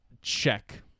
Check